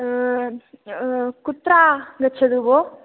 कुत्र गच्छति भोः